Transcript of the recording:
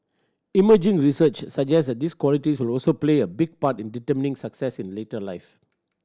emerging research suggests that these qualities also play a big part in determining success in later life